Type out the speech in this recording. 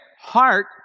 heart